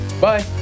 Bye